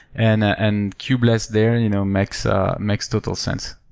and and kubeless there and you know makes ah makes total sense.